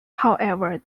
however